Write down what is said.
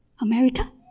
America